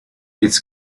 its